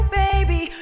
baby